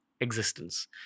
existence